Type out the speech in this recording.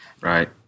Right